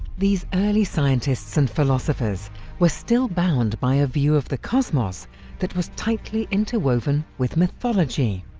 these early scientists and philosophers were still bound by a view of the cosmos that was tightly interwoven with mythology.